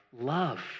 love